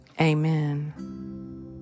Amen